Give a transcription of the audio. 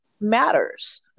Matters